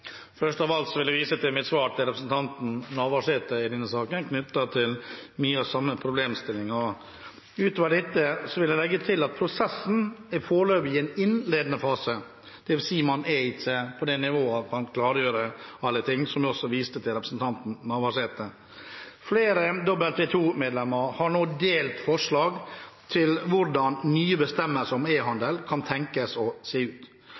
Først av alt vil jeg vise til mitt svar til representanten Navarsete i denne saken knyttet til mye av den samme problemstillingen. Utover dette vil jeg legge til at prosessen foreløpig er i en innledende fase, dvs. at man ikke er på det nivå at man kan klargjøre alle ting, som jeg også viste til til representanten Navarsete. Flere WTO-medlemmer har nå delt forslag til hvordan nye bestemmelser om e-handel kan tenkes å se ut.